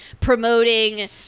promoting